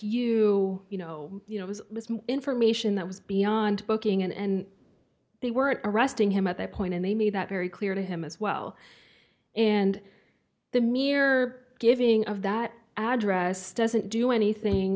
you you know you know has information that was beyond booking and they weren't arresting him at that point and they made that very clear to him as well and the mere giving of that address doesn't do anything